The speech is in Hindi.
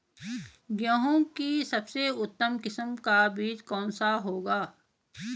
गेहूँ की सबसे उत्तम किस्म का बीज कौन सा होगा?